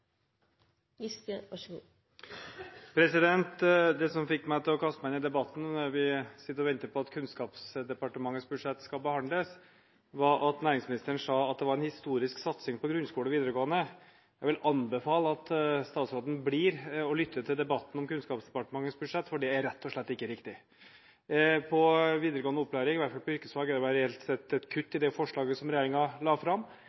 Det som fikk meg til å kaste meg inn i debatten – vi sitter og venter på at Kunnskapsdepartementets budsjett skal behandles – var at næringsministeren sa at det var en historisk satsing på grunnskole og videregående skole. Jeg vil anbefale at statsråden blir og lytter til debatten om Kunnskapsdepartementets budsjett, for det hun sa, er rett og slett ikke riktig. På videregående opplæring, i hvert fall på yrkesfag, er det vel reelt sett et kutt i det forslaget som regjeringen la fram.